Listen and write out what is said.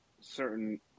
certain